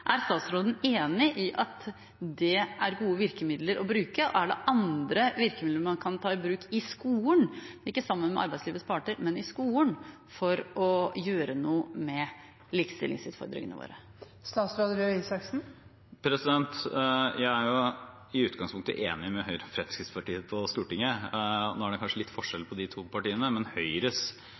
Er statsråden enig i at det er gode virkemidler å bruke, og er det andre virkemidler man kan ta i bruk i skolen – ikke sammen med arbeidslivets parter, men i skolen – for å gjøre noe med likestillingsutfordringene våre? Jeg er i utgangspunktet enig med Høyre og Fremskrittspartiet på Stortinget. Nå er det kanskje litt forskjell på de to partiene, men